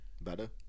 Better